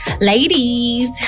Ladies